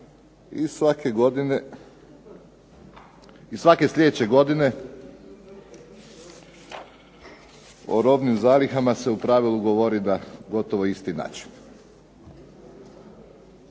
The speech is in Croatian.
i svake sljedeće godine o robnim zalihama se u pravilu govori na gotovo isti način.